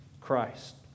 Christ